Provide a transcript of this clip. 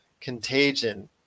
Contagion